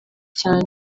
cyane